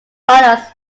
funnels